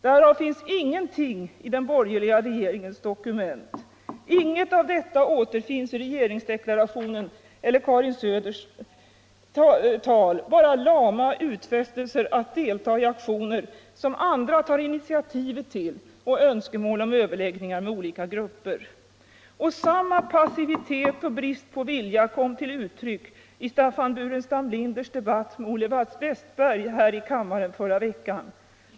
Därav finns ingenting i den borgerliga regeringens dokumeni. I de socialdemokratiska dokumenten finns krav på handling, utfästelser att Sverige skall ta initiativ till internationella aktioner. Inget av detta återfinns i regeringsdeklarationen eltler Karin Söders tal — bara lama utfästelser om att delta i aktioner, som andra tar initiativet till, och önskemål om överläggningar med olika befolkningsgrupper. Samma passivitet och brist på vilja kom till uttryck i Staffan Burenstam Linders debatt med Olle Wästberg här i kammaren i förra veckan.